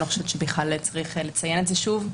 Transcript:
אני לא חושבת שבכלל צריך לציין את זה שוב,